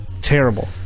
Terrible